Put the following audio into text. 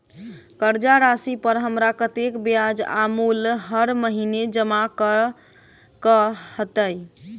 कर्जा राशि पर हमरा कत्तेक ब्याज आ मूल हर महीने जमा करऽ कऽ हेतै?